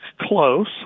close